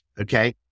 okay